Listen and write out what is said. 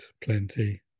plenty